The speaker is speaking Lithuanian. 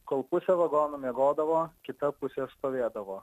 kol pusė vagono miegodavo kita pusė stovėdavo